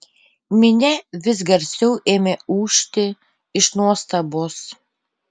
minia vis garsiau ėmė ūžti iš nuostabos